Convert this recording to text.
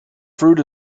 fruit